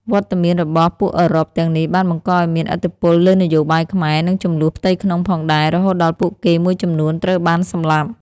វត្តមានរបស់ពួកអឺរ៉ុបទាំងនេះបានបង្កឱ្យមានឥទ្ធិពលលើនយោបាយខ្មែរ និងជម្លោះផ្ទៃក្នុងផងដែរ រហូតដល់ពួកគេមួយចំនួនត្រូវបានសម្លាប់។